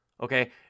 Okay